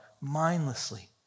mindlessly